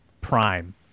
prime